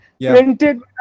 printed